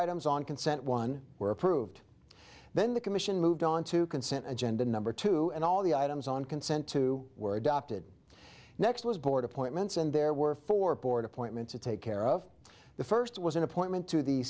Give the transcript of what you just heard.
items on consent one were approved then the commission moved on to consent agenda number two and all the items on consent two were adopted next was poured appointments and there were four board appointments to take care of the first was an appointment to the